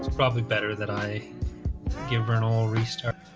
probably better than i give her an oil restart.